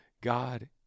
God